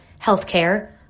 healthcare